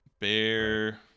Bear